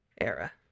era